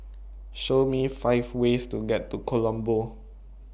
Show Me five ways to get to Colombo